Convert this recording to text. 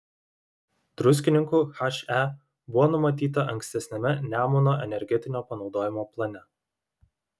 druskininkų he buvo numatyta ankstesniame nemuno energetinio panaudojimo plane